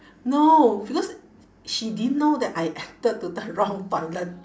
no because she didn't know that I entered to the wrong toilet